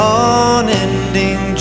unending